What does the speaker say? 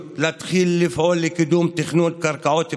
להתחיל לפעול לקידום תכנון קרקעות פרטיות.